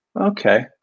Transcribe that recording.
okay